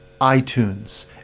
iTunes